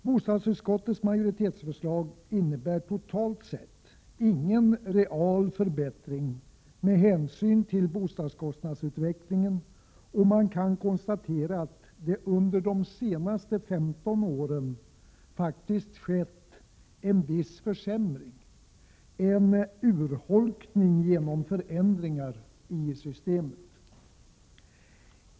Bostadsutskottets majoritetsförslag innebär totalt sett ingen reell förbättring med hänsyn till bostadskostnadsutvecklingen, och jag kan konstatera att det under de senaste 15 åren faktiskt skett en viss försämring, en urholkning, genom förändringar i systemet.